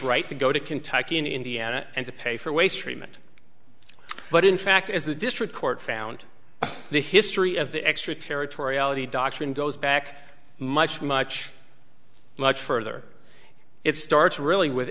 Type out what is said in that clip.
right to go to kentucky and indiana and to pay for waste treatment but in fact as the district court found the history of the extraterritoriality doctrine goes back much much much further it starts really with